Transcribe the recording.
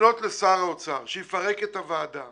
לפנות לשר האוצר שיפרק את הוועדה.